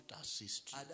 assist